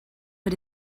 but